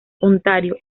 ontario